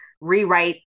rewrite